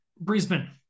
Brisbane